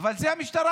אבל זו המשטרה.